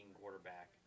quarterback